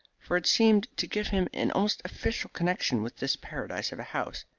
for it seemed to give him an almost official connection with this paradise of a house.